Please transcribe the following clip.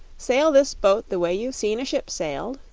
sail this boat the way you've seen a ship sailed,